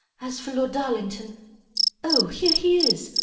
as for lord darlington oh! here he is!